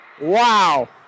Wow